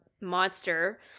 monster